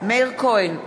מאיר כהן,